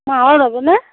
মাহৰ ল'বনে